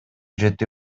жети